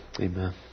Amen